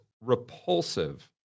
repulsive